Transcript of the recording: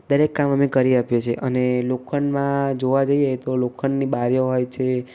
દરેક કામ અમે કરી આપીએ છીએ અને લોખંડમાં જોવા જઈએ તો લોખંડની બારીઓ હોય છે